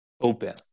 open